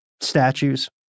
statues